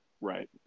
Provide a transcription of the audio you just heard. right